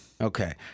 Okay